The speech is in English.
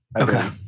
Okay